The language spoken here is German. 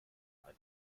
ein